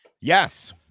Yes